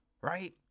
Right